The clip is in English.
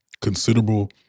considerable